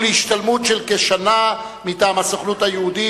להשתלמות של כשנה מטעם הסוכנות היהודית.